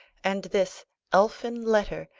and this elfin letter,